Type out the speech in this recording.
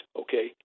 okay